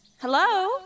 Hello